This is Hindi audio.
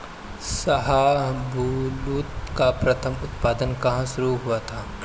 शाहबलूत का प्रथम उत्पादन कहां शुरू हुआ था?